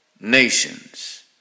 nations